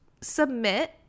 submit